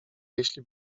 jeśli